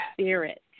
spirit